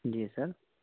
جی سر